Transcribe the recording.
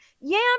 yam